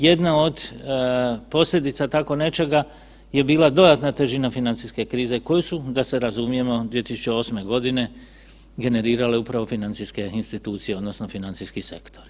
Jedna od posljedica tako nečega je bila dodatna težina financijske krize koju su, da se razumijemo, 2008. generirale upravo financijske institucije, odnosno financijski sektor.